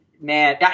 man